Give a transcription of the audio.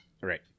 right